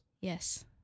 Yes